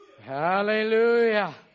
Hallelujah